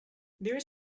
there